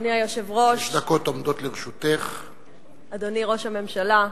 אדוני היושב-ראש, אדוני ראש הממשלה,